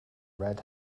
red